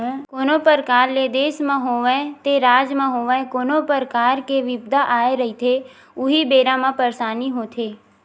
कोनो परकार ले देस म होवय ते राज म होवय कोनो परकार के बिपदा आए रहिथे उही बेरा म परसानी होथे